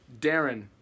Darren